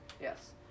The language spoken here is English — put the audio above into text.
Yes